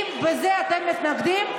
אם לזה אתם מתנגדים,